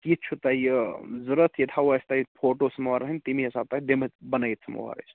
کِتھۍ چھِو تۅہہِ یہِ ضروٗرَت ییٚتہِ ہاوٕہوو أسۍ تۅہہِ فوٹوٗ سماوارَن ہِنٛدۍ تَمی حِساب پتہٕ دِمہٕ بَنٲوِتھ سماوار أسۍ